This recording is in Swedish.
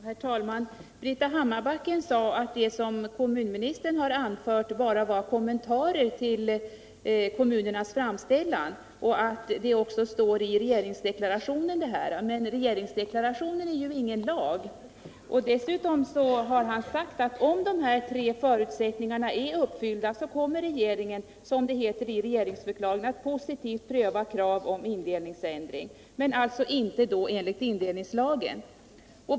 Herr talman! Britta Hammarbacken sade, att det som kommunministern anfört bara var kommentarer till kommunernas framställan och att det också står i regeringsdeklarationen. Men den är ingen lag. Dessutom har han sagt att om de tre förutsättningarna är uppfyllda, kommer regeringen som det heter i regeringsförklaringen att positivt pröva krav på indelningsändring, men inte enligt indelningslagen.